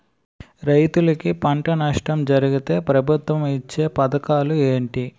రైతులుకి పంట నష్టం జరిగితే ప్రభుత్వం ఇచ్చా పథకాలు ఏంటి?